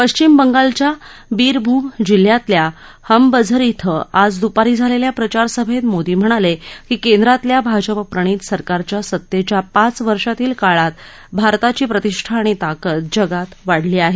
पश्चिम बंगालच्या बीरभूम जिल्ह्यातल्या हमबझर क्वें आज दुपारी झालेल्या प्रचारसभेत मोदी म्हणाले की केंद्रातल्या भाजपा प्रणित सरकारच्या सत्तेच्या पाच वर्षांतील काळात भारताची प्रतिष्ठा आणि ताकद जगात वाढली आहे